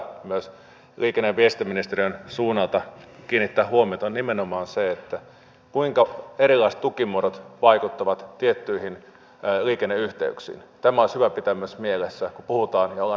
toiminnan tulisi olla avointa läpinäkyvää ja asiantuntijoita tulisi kuulla ja kuunnella laajasti niin ministeriön lainvalmistelun yhteydessä kuin myös eduskunnan valiokuntakäsittelyn yhteydessä